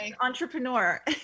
entrepreneur